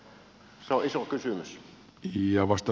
se on iso kysymys